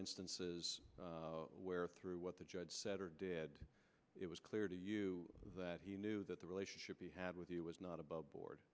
instances where through what the judge said or did it was clear to you that he knew that the relationship he had with you was not above board